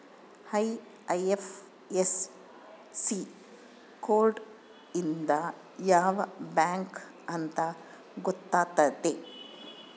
IFSC code ಇಂದ ಯಾವ bank ಅಂತ ಗೊತ್ತಾತತೆ